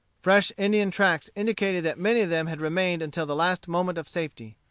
fresh indian tracks indicated that many of them had remained until the last moment of safety.